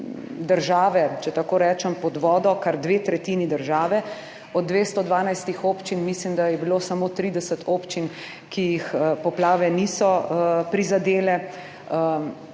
države, če tako rečem, pod vodo, kar dve tretjini države. Od 212 občin mislim, da je bilo samo 30 občin, ki jih poplave niso prizadele,